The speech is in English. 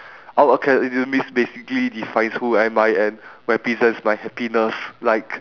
out of academics basically defines who am I and represents my happiness like